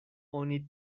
oni